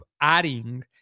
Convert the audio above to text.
adding